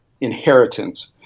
inheritance